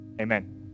amen